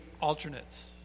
alternates